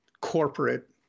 corporate